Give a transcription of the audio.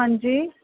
ਹਾਂਜੀ